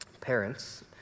Parents